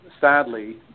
sadly